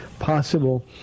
possible